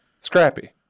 scrappy